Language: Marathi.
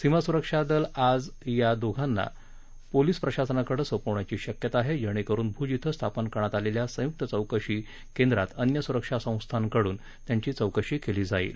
सीमा सुरक्षा दल आज या दोघांना पोलीस प्रशासनाकडे सोपवण्याची शक्यता आहे जेणेकरून भुज इथं स्थापन करण्यात आलेल्या संयुक चौकशी केंद्रात अन्य सुरक्षा संस्थांकडून त्यांची चौकशी केली जाईल